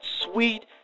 sweet